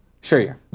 Sure